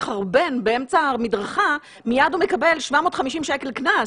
מחרבן באמצע המדרכה מיד הוא מקבל 750 שקל קנס,